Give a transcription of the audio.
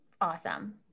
awesome